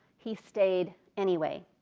he stayed anyway.